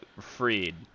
Freed